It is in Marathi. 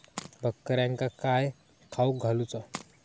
बकऱ्यांका काय खावक घालूचा?